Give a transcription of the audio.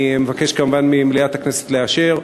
אני מבקש, כמובן, ממליאת הכנסת לאשר.